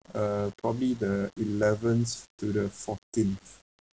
uh probably the eleventh to the fourteenth